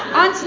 on